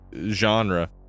genre